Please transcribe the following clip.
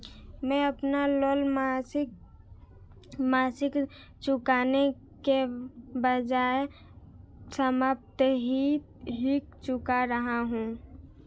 मैं अपना लोन मासिक चुकाने के बजाए साप्ताहिक चुका रहा हूँ